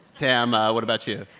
tam, what about you?